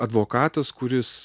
advokatas kuris